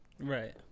Right